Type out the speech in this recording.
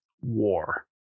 war